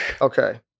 Okay